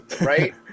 Right